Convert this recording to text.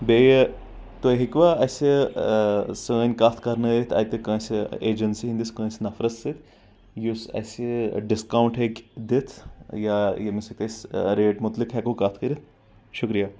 بیٚیہِ تُھۍ ہٮ۪کِوا اسہِ سٲنۍ کتھ کرنٲیِتھ اتہِ کٲنٛسہِ ایجنسی ہٕنٛدِس کٲنٛسہِ نفرس سۭتۍ یُس اسہِ ڈسکاونٹ ہٮ۪کہِ دِتھ یا ییٚمِس سۭتۍ أسۍ ریٹ مُتعلِق ہٮ۪کو کتھ کٔرتھ شُکریا